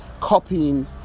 copying